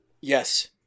Yes